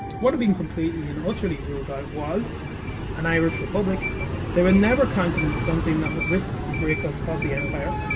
what had been completely and utterly ruled out was an irish republic they would never countenance something that would risk the break-up of the empire.